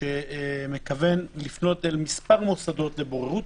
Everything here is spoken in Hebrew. שמכוון לפנות אל מספר מוסדות לבוררות,